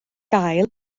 gael